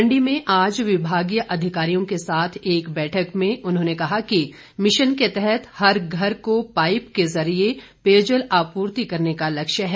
मंडी में आज विभागीय अधिकारियों के साथ एक बैठक में उन्होंने कहा कि मिशन के तहत हर घर को पाईप के जरिए पेयजल आपूर्ति करने का लक्ष्य है